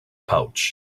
pouch